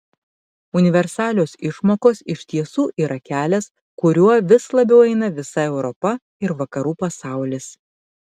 universalios išmokos iš tiesų yra kelias kuriuo vis labiau eina visa europa ir vakarų pasaulis